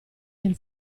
nel